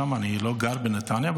אני לא גר בנתניה,